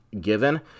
given